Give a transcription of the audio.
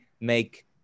make